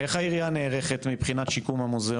אז ספר קצת, איך אתם נערכים, מבחינת המוזיאון,